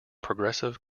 progressive